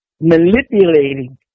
manipulating